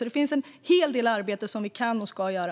Det finns alltså en hel del arbete som vi kan och ska göra.